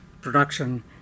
production